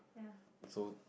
so